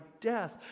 death